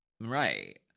Right